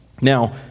Now